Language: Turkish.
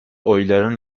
oyların